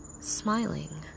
Smiling